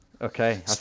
okay